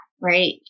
right